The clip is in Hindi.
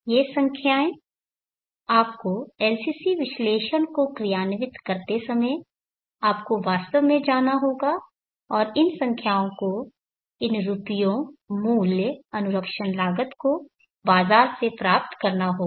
ये संख्याएं आपको LCC विश्लेषण को क्रियान्वित करते समय आपको वास्तव में जाना होगा और इन संख्याओं को इन रुपयों मूल्य अनुरक्षण लागत को बाजार से प्राप्त करना होगा